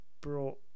brought